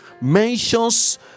Mentions